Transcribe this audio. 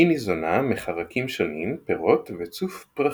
היא ניזונה מחרקים שונים, פירות וצוף פרחים.